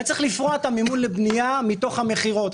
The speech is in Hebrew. אני צריך לפרוע את המימון לבנייה מתוך המכירות,